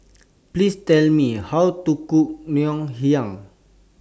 Please Tell Me How to Cook Ngoh Hiang